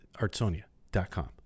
artsonia.com